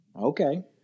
Okay